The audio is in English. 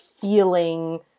feeling